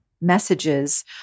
messages